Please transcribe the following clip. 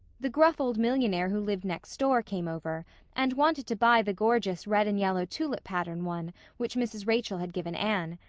the gruff old millionaire who lived next door came over and wanted to buy the gorgeous red and yellow tulip-pattern one which mrs. rachel had given anne.